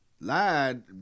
Lied